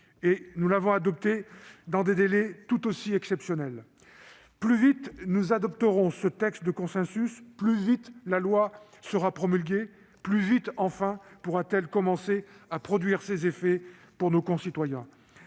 Nous l'avons adopté dans des délais tout aussi exceptionnels. Plus vite nous adopterons ce texte de consensus, plus vite la loi sera promulguée, plus vite elle pourra commencer à produire ses effets pour nos concitoyens.